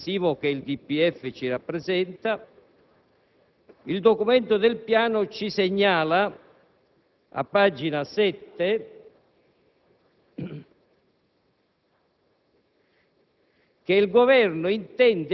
Di fronte al quadro palesemente regressivo che il DPEF ci rappresenta, il Documento del piano ci segnala, nella